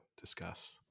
discuss